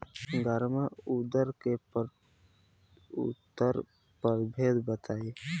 गर्मा उरद के उन्नत प्रभेद बताई?